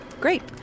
Great